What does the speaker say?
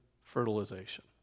fertilization